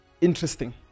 interesting